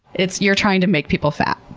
it's, you're trying to make people fat.